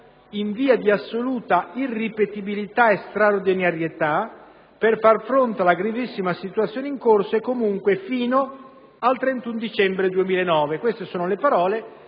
via di assoluta irripetibilità e straordinarietà per far fronte alla gravissima situazione in corso e comunque fino al 31 dicembre 2009». Queste sono le parole,